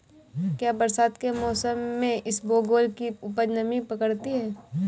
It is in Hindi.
क्या बरसात के मौसम में इसबगोल की उपज नमी पकड़ती है?